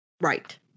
right